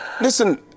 Listen